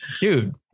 dude